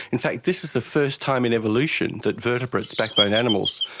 in fact this is the first time in evolution that vertebrates, backbone animals,